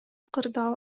кырдаал